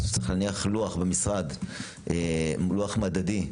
אני חושב שצריך להניח במשרד לוח, לוח מדדי,